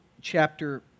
chapter